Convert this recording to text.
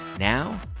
Now